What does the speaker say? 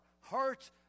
hearts